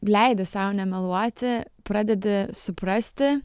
leidi sau nemeluoti pradedi suprasti